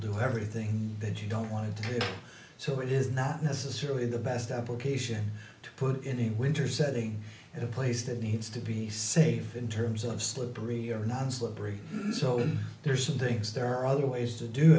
do everything that you don't want to do so it is not necessarily the best apple cation to put in the winter setting in a place that needs to be saved in terms of slippery or not slippery so when there are some things there are other ways to do